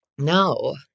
No